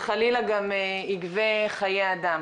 וחלילה גם ייגבה חיי אדם.